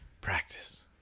Practice